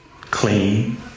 clean